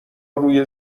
روی